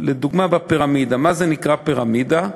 לדוגמה בפירמידה, מה זה נקרא "פירמידה"?